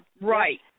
Right